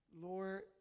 Lord